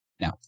Now